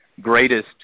greatest